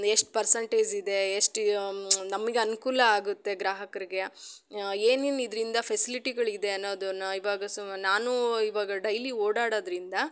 ಎಷ್ಟು ಪರ್ಸಂಟೇಝ್ ಇದೆ ಎಷ್ಟು ನಮಗೆ ಅನುಕೂಲ ಆಗುತ್ತೆ ಗ್ರಾಹಕರಿಗೆ ಏನೇನು ಇದರಿಂದ ಫೆಸಿಲಿಟಿಗಳಿದೆ ಅನ್ನೋದನ್ನು ಇವಾಗ ಸೊ ನಾನು ಇವಾಗ ಡೈಲಿ ಓಡಾಡೋದ್ರಿಂದ